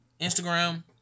Instagram